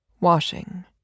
Washing